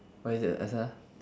what is it asal ah